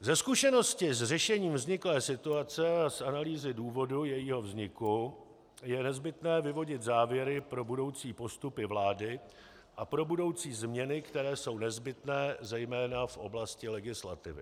Ze zkušenosti s řešením vzniklé situace a z analýzy důvodu jejího vzniku je nezbytné vyvodit závěry pro budoucí postupy vlády a pro budoucí změny, které jsou nezbytné zejména v oblasti legislativy.